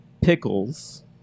Pickles